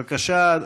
בבקשה,